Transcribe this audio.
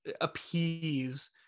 appease